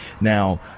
Now